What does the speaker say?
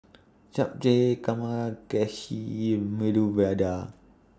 Japchae Medu Vada